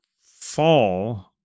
fall